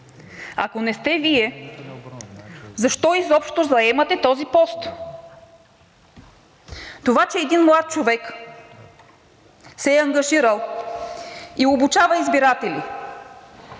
Ако не сте Вие, защо изобщо заемате този пост? Това, че един млад човек се е ангажирал и обучава избиратели